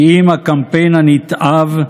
כי אם הקמפיין הנתעב,